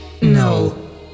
No